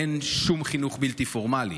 אין שום חינוך בלתי פורמלי,